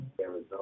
Arizona